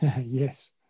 Yes